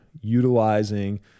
Utilizing